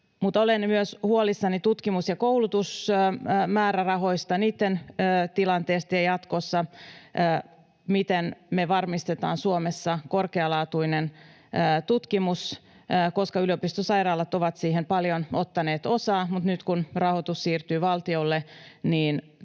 olen myös huolissani tutkimus‑ ja koulutusmäärärahoista, niitten tilanteesta jatkossa, siitä, miten me varmistetaan Suomessa korkealaatuinen tutkimus, koska yliopistosairaalat ovat siihen paljon ottaneet osaa, mutta nyt kun rahoitus siirtyy valtiolle,